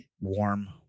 warm